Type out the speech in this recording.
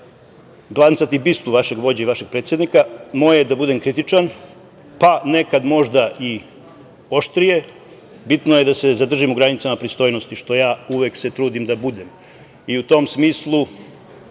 će glancati bistu vašeg vođe i vašeg predsednika. Moje je da budem kritičan, pa nekada možda i oštrije. Bitno je da se zadržim u granicama pristojnosti, što se ja uvek trudim da budem i u tom smislu